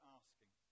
asking